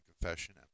confession